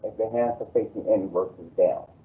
they had to face the inverse is down,